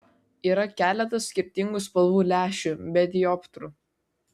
yra keletas skirtingų spalvų lęšių be dioptrų